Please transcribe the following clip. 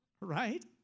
right